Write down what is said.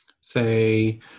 Say